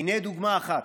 הינה דוגמה אחת.